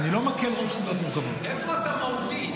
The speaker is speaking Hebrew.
ואני לא מקל ראש במורכבות --- איפה אתה מהותית?